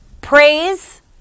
praise